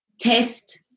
test